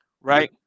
right